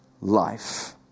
life